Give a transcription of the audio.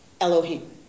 Elohim